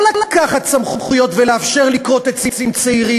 לא לקחת סמכויות ולאפשר לכרות עצים צעירים